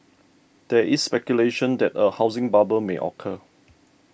there is speculation that a housing bubble may occur